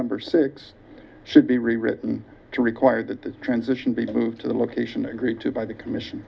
number six should be rewritten to require that the transition be moved to the location agreed to by the commission